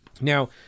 Now